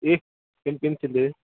एक